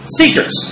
seekers